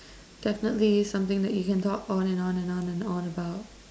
definitely something that you can talk on and on and on and on about